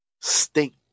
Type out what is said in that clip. Stink